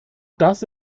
das